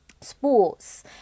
sports